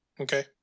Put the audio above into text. Okay